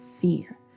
fear